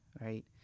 right